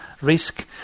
risk